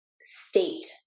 state